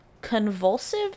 convulsive